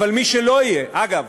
אגב,